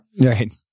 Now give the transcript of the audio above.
Right